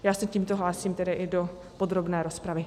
Já se tímto hlásím tedy i do podrobné rozpravy.